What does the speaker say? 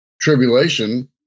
tribulation